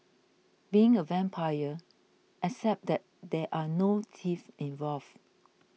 being a vampire except that there are no teeth involved